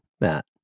Matt